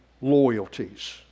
loyalties